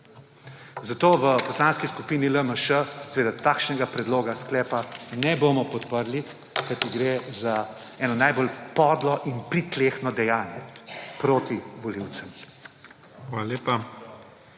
Zato v Poslanski skupini LMŠ takšnega predloga sklepa ne bomo podprli, kajti gre za eno najbolj podlo in pritlehno dejanje proti volivcem.